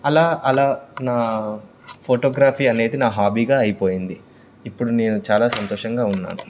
అలా అలా నా ఫోటోగ్రఫీ అనేది నా హాబీగా అయిపోయింది ఇప్పుడు నేను చాలా సంతోషంగా ఉన్నాను